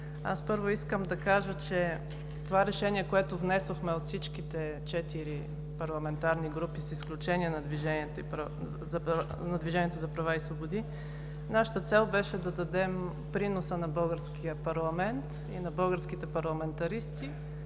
Първо искам да кажа, че с това решение, което внесохме от всичките четири парламентарни групи с изключение на „Движението за права и свободи“, нашата цел беше да дадем приноса на българския парламент и на българските парламентаристи